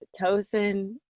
Pitocin